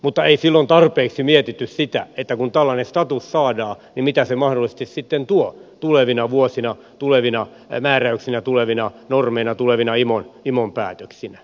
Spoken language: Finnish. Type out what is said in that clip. silloin ei tarpeeksi mietitty sitä että kun tällainen status saadaan mitä se sitten mahdollisesti tuo tulevina vuosina tulevina määräyksinä tulevina normeina tulevina imon päätöksinä